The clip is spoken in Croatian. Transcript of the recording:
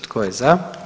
Tko je za?